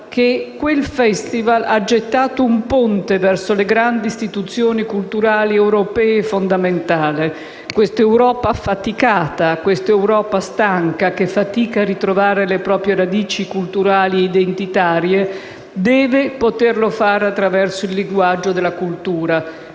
che quel Festival ha gettato un ponte verso le grandi istituzioni culturali europee fondamentali. Questa Europa affaticata e stanca, che fatica a ritrovare le proprie radici culturali e identitarie, deve poterlo fare attraverso il linguaggio della cultura.